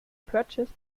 purchased